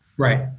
Right